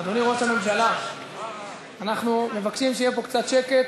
בו גם אספקטים, נקרא לזה, ארכיטקטוניים,